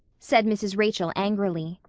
said mrs. rachel angrily.